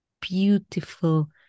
beautiful